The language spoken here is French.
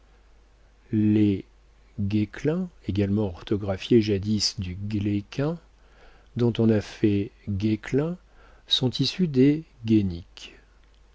les guaisqlain également orthographié jadis du glaicquin dont on a fait guesclin sont issus des